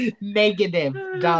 Negative